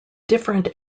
different